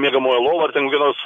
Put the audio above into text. miegamojo lova ar ten kokia nors